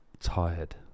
tired